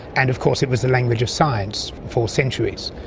and of course it was the language of science for centuries.